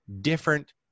different